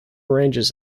ranges